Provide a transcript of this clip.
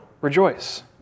Rejoice